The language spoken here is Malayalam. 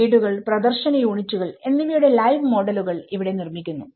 വീടുകൾ പ്രദർശന യൂണിറ്റുകൾ എന്നിവയുടെ ലൈവ് മോഡലുകൾ ഇവിടെ നിർമ്മിക്കുന്നു